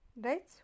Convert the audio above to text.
Right